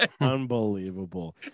Unbelievable